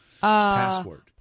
Password